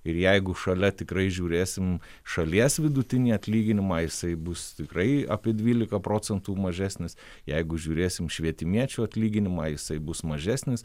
ir jeigu šalia tikrai žiūrėsim šalies vidutinį atlyginimą jisai bus tikrai apie dvylika procentų mažesnis jeigu žiūrėsim švietimiečių atlyginimą jisai bus mažesnis